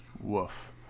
Woof